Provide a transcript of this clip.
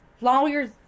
Lawyers